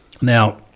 Now